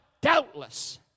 doubtless